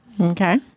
Okay